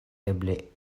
eble